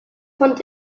fand